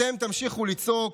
אתם תמשיכו לצעוק,